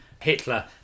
Hitler